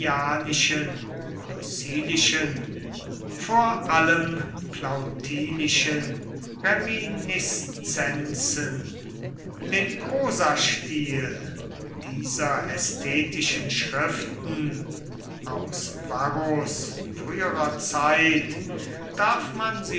lucilischen vor allem plautinischen reminiszenzen den prosastil dieser ästhetischen schriften aus varros früherer zeit darf man